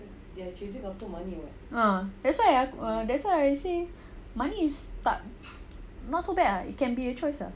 ah that's why that's why I say money is tak not so bad ah it can be a choice ah